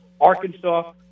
Arkansas